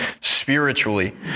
spiritually